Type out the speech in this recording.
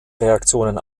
reaktionen